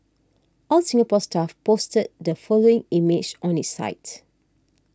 All Singapore Stuff posted the following image on its site